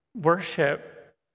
worship